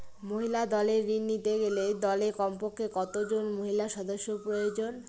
মহিলা দলের ঋণ নিতে গেলে দলে কমপক্ষে কত জন মহিলা সদস্য প্রয়োজন?